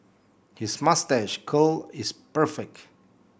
his moustache curl is perfect